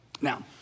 Now